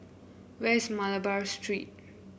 where is Malabar Street